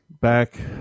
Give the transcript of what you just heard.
back